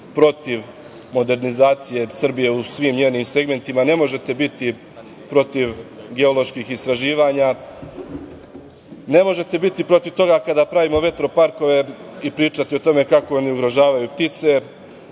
protiv modernizacije Srbije u svim njenim segmentima. Ne možete biti protiv geoloških istraživanja. Ne možete biti protiv toga kada pravimo vetroparkove i pričati o tome kako oni ugrožavaju ptice.